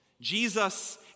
Jesus